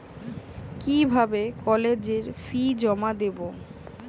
কিভাবে কলেজের ফি জমা দেবো?